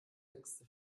längste